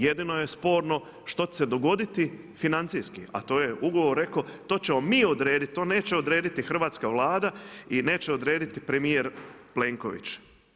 Jedino je sporno što će se dogoditi financijski, a to je ugovor rekao, to ćemo mi odrediti, to neće odrediti hrvatska Vlada i neće odrediti premjer Plenković.